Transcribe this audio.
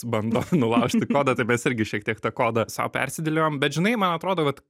bando nulaužti kodą taip mes irgi šiek tiek tą kodą sau persidėliojom bet žinai man atrodo vat